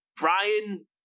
Brian